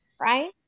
Right